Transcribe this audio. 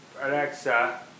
Alexa